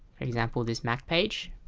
for example this map page